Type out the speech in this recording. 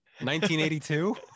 1982